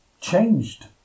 changed